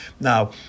Now